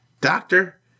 Doctor